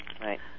Right